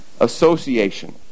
association